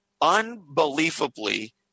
unbelievably